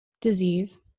disease